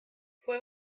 fue